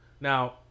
Now